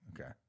Okay